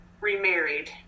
remarried